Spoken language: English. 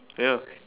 ya